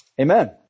Amen